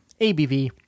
ABV